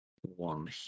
one